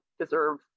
deserve